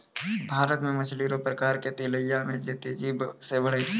भारत मे मछली रो प्रकार मे तिलैया जे तेजी से बड़ै छै